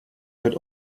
wird